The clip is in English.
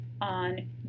on